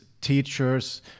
teachers